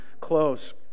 close